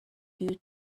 due